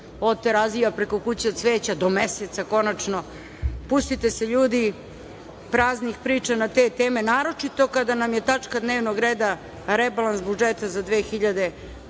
od Terazija, preko „Kuće cveća“, do Meseca, konačno. Pustite se, ljudi, praznih priča na te teme, naročito kada nam je tačka dnevnog reda rebalans budžeta za 2024.